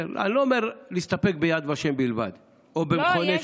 אני לא אומר להסתפק ביד ושם בלבד או בניצולי שואה,